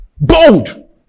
Bold